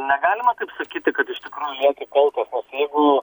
negalima taip sakyti kad iš tikrųjų lieki kaltas nes jeigu